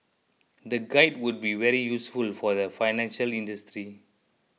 the guide would be very useful for the financial industry